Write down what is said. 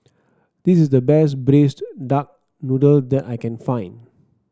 this is the best Braised Duck Noodle that I can find